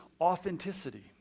authenticity